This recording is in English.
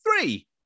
three